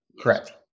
Correct